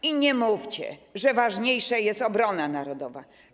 I nie mówcie, że ważniejsza jest obrona narodowa.